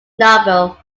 novel